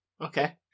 okay